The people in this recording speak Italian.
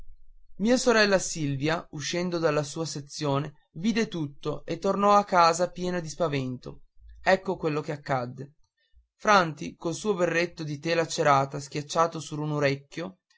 mia sorella silvia uscendo dalla sua sezione vide tutto e tornò a casa piena di spavento ecco quello che accadde franti col suo berretto di tela cerata schiacciato sur un orecchio